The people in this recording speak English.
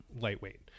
lightweight